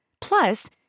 Plus